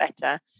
better